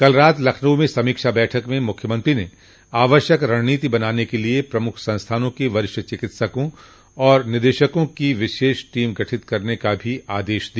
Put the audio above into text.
कल रात लखनऊ में समीक्षा बैठक में मुख्यमंत्री ने आवश्यक रणनीति बनाने क लिए प्रमुख संस्थानों के वरिष्ठ चिकित्सिकों और निर्देशकों की विशेष टीम गठित करने का भी आदेश दिया